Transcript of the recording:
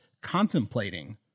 contemplating